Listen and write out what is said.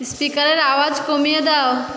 স্পিকারের আওয়াজ কমিয়ে দাও